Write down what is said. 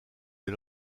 des